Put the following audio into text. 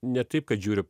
ne taip kad žiūri